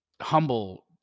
humble